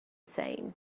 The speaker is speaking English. same